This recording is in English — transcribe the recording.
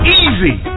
easy